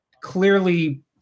clearly